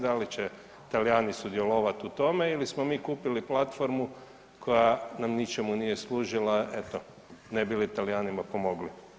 Da li će Talijani sudjelovat u tome ili smo mi kupili platformu koja nam ničemu nije služila, eto ne bi li Talijanima pomogli?